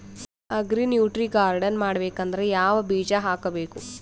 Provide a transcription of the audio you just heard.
Agri nutri garden ಮಾಡಬೇಕಂದ್ರ ಯಾವ ಬೀಜ ಹಾಕಬೇಕು?